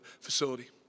facility